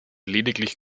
lediglich